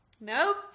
nope